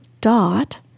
dot